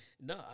No